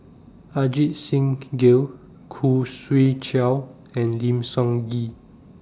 Ajit Singh Gill Khoo Swee Chiow and Lim Sun Gee